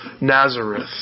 Nazareth